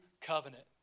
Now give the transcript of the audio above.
covenant